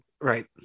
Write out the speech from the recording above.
Right